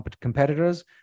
competitors